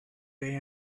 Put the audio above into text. day